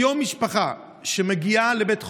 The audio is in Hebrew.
היום משפחה שמגיעה לבית חולים,